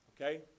okay